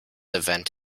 event